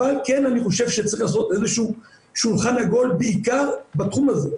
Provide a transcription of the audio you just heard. אבל כן אני חושב שצריך לעשות איזה שהוא שולחן עגול בעיקר בתחום הזה,